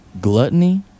gluttony